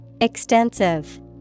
Extensive